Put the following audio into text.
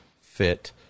fit